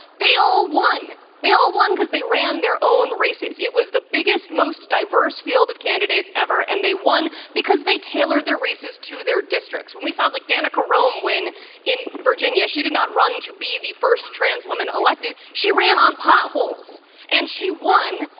they all won. they all won because they ran their own races. it was the biggest most diverse field of candidates ever. and they won because they tailored their races to their districts. we saw like danica rome win in virginia. she did not run to be the first trans woman elected. she ran on potholes and she won.